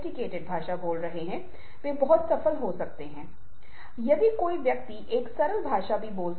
उदहारण के लिए एक बैल खड़े होने का प्रतीक है या सूरज आगे बढ़ने का प्रतीक है